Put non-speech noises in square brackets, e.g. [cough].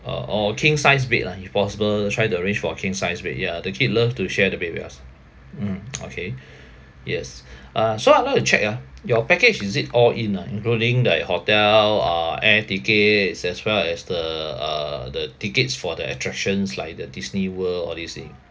uh or a king size bed lah if possible try to arrange for a king sized bed ya the kid love to share the bed with us mm [noise] okay [breath] yes [breath] uh so I would like to check ah your package is it all in ah including the hotel ah air tickets as well as the uh the tickets for the attractions like the disney world all this thing